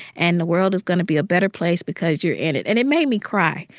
and the world is going to be a better place because you're in it. and it made me cry.